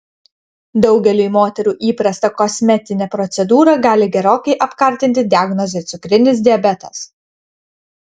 daugeliui moterų įprastą kosmetinę procedūrą gali gerokai apkartinti diagnozė cukrinis diabetas